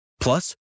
Plus